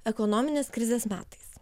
ekonominės krizės metais